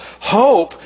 Hope